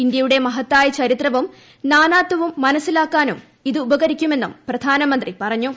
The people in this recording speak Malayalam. ഇന്തൃയുടെ മഹത്തായ ചരിത്രവും നാനാത്വവും മനസ്സിലാക്കാനും ഇത് ഉപകരിക്കു മെന്നും പ്രധാനമന്ത്രി പറഞ്ഞു